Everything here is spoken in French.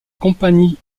compagnie